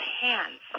hands